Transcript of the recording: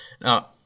Now